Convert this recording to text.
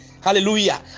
hallelujah